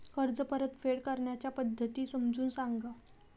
कर्ज परतफेड करण्याच्या पद्धती समजून सांगा